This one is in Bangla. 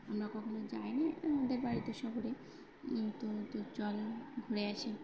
আমরা কখনও যাইনি আমাদের বাড়ি তো শহরে নতুন নতুন চল ঘুরে আসি